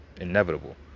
inevitable